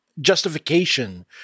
justification